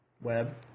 Web